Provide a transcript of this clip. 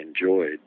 enjoyed